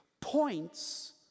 points